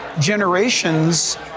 generations